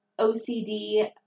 OCD